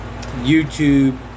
YouTube